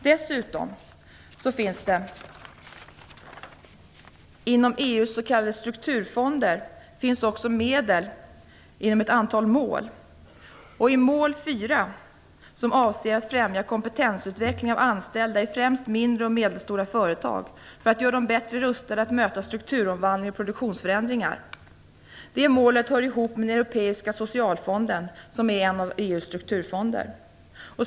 Dessutom finns det inom EU:s s.k. strukturfonder också medel inom ett antal mål. Mål 4 avser att främja kompetensutveckling av anställda i främst mindre och medelstora företag för att göra dem bättre rustade att möta strukturomvandling och produktionsförändringar. Det målet hör ihop med den europeiska socialfonden, som är en av EU:s strukturfonder.